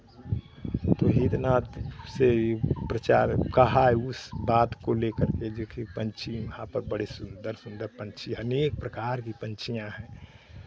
इतना से प्रचार कहा उस बात को लेकर के जो कि पंछी वहाँ पर बडे सुंदर सुंदर पंछी अनेक प्रकार के पंछियाँ हैं